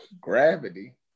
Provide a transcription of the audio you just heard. Gravity